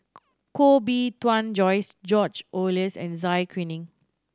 Koh Bee Tuan Joyce George Oehlers and Zai Kuning